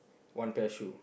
one pair shoe